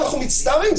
אנחנו מצטערים,